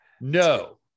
No